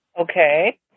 Okay